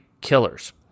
killers